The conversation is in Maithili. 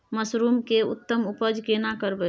मसरूम के उत्तम उपज केना करबै?